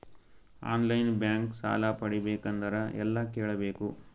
On line bank ಸಾಲ ಪಡಿಬೇಕಂದರ ಎಲ್ಲ ಕೇಳಬೇಕು?